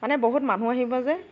মানে বহুত মানুহ আহিব যে